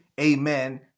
amen